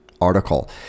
article